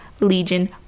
Legion